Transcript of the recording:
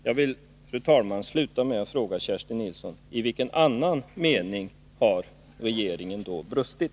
Jag vill, fru talman, sluta med att fråga Kerstin Nilsson: I vilken annan mening har regeringen då brustit?